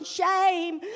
shame